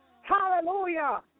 hallelujah